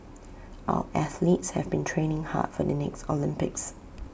our athletes have been training hard for the next Olympics